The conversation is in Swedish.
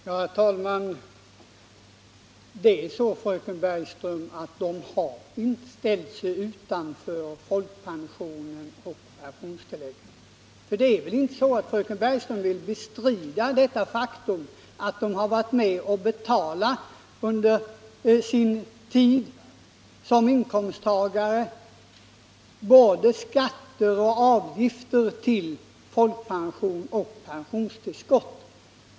Herr talman! Det är så, fröken Bergström, att de som begärt undantagande från ATP har inte ställt sig utanför folkpensionen och pensionstillägget. Fröken Bergström vill väl inte bestrida det faktum att de under sin tid som inkomsttagare har varit med och betalat både skatter och avgifter till folkpension och pensionstillskott?